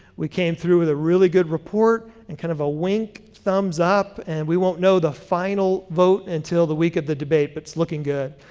we came through with a really good report and kind of a wink, thumbs up, and we won't know the final vote until the week of the debate, but it's looking good.